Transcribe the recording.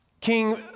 King